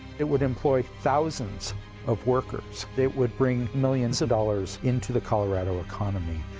it would employ thousands of workers, it would bring millions of dollars into the colorado economy,